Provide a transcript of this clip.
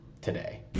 today